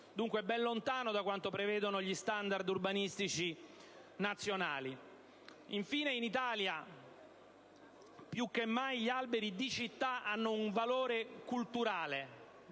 dunque ben lontano da quanto prevedono gli standard urbanistici nazionali. Infine, in Italia più che mai, gli alberi di città tra hanno un valore culturale